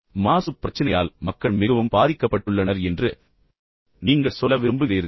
எனவே மாசு பிரச்சினையால் மக்கள் மிகவும் பாதிக்கப்பட்டுள்ளனர் என்று நீங்கள் சொல்ல விரும்புகிறீர்கள்